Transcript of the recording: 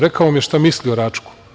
Rekao mi je šta misli o Račku.